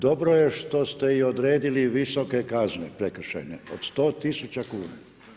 Dobro je što ste i odredili visoke kazne prekršajne od 100 000 kuna.